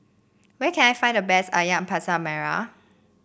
where can I find the best ayam Masak Merah